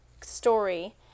story